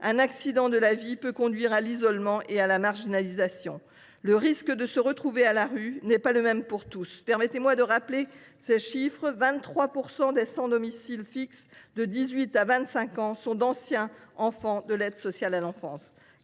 Un accident de la vie peut conduire à l’isolement et à la marginalisation. Le risque de se retrouver à la rue n’est pas le même pour tous. Permettez moi de rappeler ces chiffres : 23 % des sans domicile fixe de 18 à 25 ans sont des anciens de l’aide sociale à l’enfance.